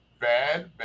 bad